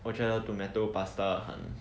我觉得 tomato pasta 很